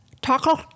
Taco